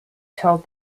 told